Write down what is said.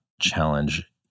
challenge